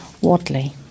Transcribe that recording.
wadley